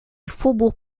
faubourg